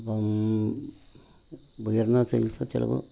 അപ്പം ഉയർന്ന ചികിത്സ ചിലവ്